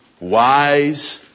Wise